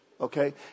Okay